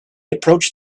approached